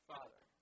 Father